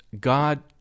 God